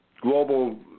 global